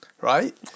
Right